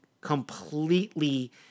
completely